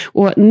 och